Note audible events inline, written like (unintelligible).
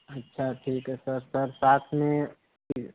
अच्छा ठीक है सर सर साथ में (unintelligible)